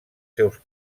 seus